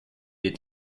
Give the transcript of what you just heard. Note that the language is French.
est